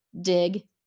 dig